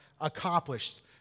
accomplished